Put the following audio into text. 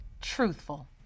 truthful